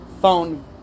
phone